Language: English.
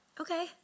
Okay